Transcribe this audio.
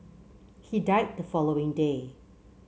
he died the following day